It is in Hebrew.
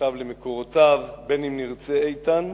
שם למקורותיו, בין אם נרצה, איתן,